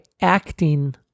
acting